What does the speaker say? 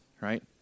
right